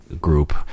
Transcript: group